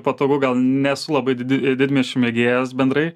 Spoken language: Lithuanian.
patogu gal nesu labai didi didmiesčių mėgėjas bendrai